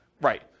right